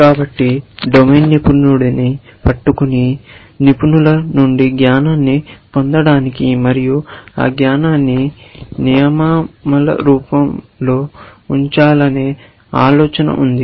కాబట్టి డొమైన్ నిపుణుడిని పట్టుకుని నిపుణుల నుండి జ్ఞానాన్ని పొందడానికి మరియు ఆ జ్ఞానాన్ని నియమాల రూపంలో ఉంచాలనే ఆలోచన ఉంది